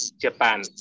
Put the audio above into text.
japan